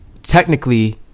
technically